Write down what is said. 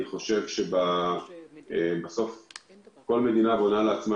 אני חושב שבסופו של דבר כל מדינה בונה לעצמה